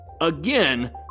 Again